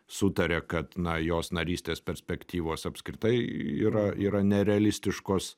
sutaria kad na jos narystės perspektyvos apskritai yra yra nerealistiškos